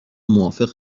موافق